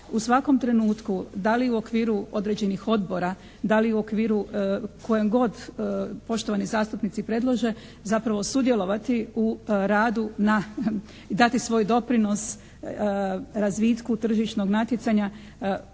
u svakom trenutku da li u okviru određenih odbora, da li u okviru kojem god poštovani zastupnici predlože zapravo sudjelovati u radu na i dati svoj doprinos razvitku tržišnog natjecanja